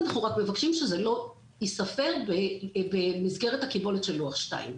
אנחנו רק מבקשים שזה לא ייספר במסגרת הקיבולת של לוח2.